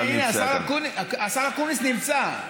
הינה, השר אקוניס נמצא.